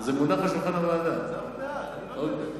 אז עוד מעט.